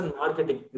marketing